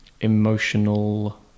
emotional